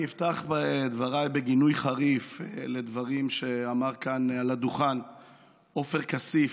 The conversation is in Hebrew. אני אפתח את דבריי בגינוי חריף לדברים שאמר כאן על הדוכן עופר כסיף,